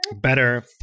better